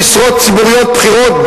למשרות ציבוריות בכירות,